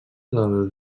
del